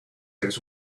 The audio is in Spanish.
seres